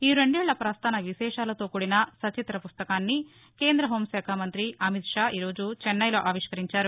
ఈ రెండేళ్ళ పస్తాన విశేషాలతో కూడిన సచిత్ర పుస్తకాన్ని కేంద్ర హోంశాఖ మంతి అమిత్షా ఈ రోజు చెన్నైలో ఆవిష్టరించారు